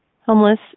homeless